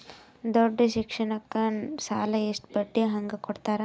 ದೊಡ್ಡ ಶಿಕ್ಷಣಕ್ಕ ಸಾಲ ಎಷ್ಟ ಬಡ್ಡಿ ಹಂಗ ಕೊಡ್ತಾರ?